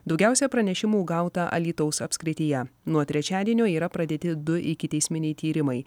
daugiausia pranešimų gauta alytaus apskrityje nuo trečiadienio yra pradėti du ikiteisminiai tyrimai